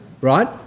right